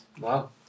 Wow